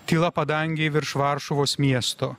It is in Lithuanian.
tyla padangėje virš varšuvos miesto